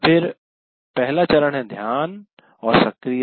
फिर पहला चरण है ध्यान और सक्रियता